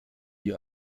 die